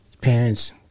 parents